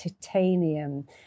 titanium